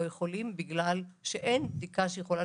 לא יכולים מכיוון שאין בדיקה שיכולה